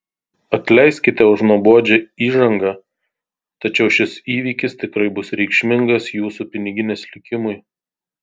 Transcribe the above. atleiskite už nuobodžią įžangą tačiau šis įvykis tikrai bus reikšmingas jūsų piniginės likimui